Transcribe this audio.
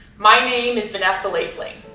my name is vanessa lavely.